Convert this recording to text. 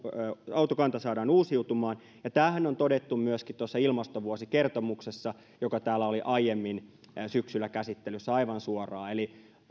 autokanta saadaan uusiutumaan tämähän on aivan suoraan todettu myöskin tuossa ilmastovuosikertomuksessa joka täällä oli aiemmin syksyllä käsittelyssä eli